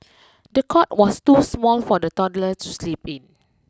the cot was too small for the toddler to sleep in